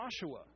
Joshua